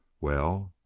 well?